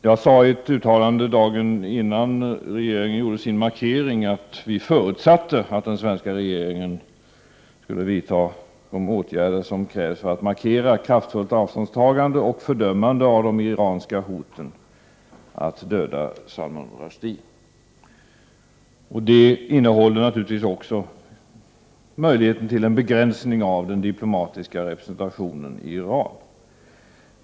Jag sade i ett uttalande dagen innan regeringen gjorde sin markering att vi förutsatte att den svenska regeringen skulle vidta de åtgärder som krävs för att markera kraftfullt avståndstagande och fördömande av de iranska hoten att döda Salman Rushdie. Det innehåller naturligtvis också möjligheten till en begränsning av den diplomatiska representationen i Iran.